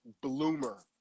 bloomer